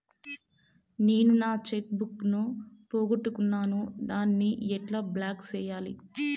నేను నా cheque book ను పోగొట్టుకున్నాను దాన్ని ఎట్లా బ్లాక్ సేయాలి?